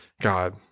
God